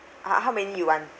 h~ how many you want